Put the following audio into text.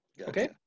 Okay